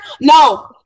no